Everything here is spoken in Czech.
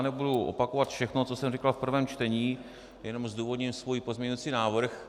Nebudu opakovat všechno, co jsem říkal v prvém čtení, jenom zdůvodním svůj pozměňovací návrh.